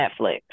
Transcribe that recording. Netflix